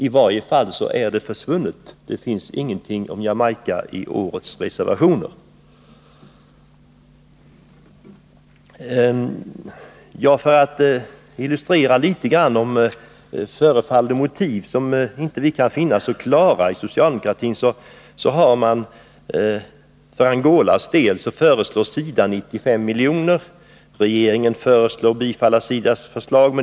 I varje fall finns det ingenting om Jamaica i årets reservationer. För Angolas del föreslår SIDA 95 milj.kr. Regeringen föreslår ett bifall till SIDA:s förslag.